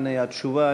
הנה התשובה,